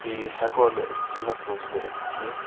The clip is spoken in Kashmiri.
ٹی وی ہٮ۪کو نہٕ أسۍ چَندَس بٔرِتھ کیٚنٛہہ